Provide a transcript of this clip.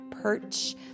perch